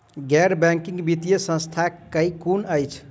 गैर बैंकिंग वित्तीय संस्था केँ कुन अछि?